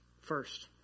First